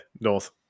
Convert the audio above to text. North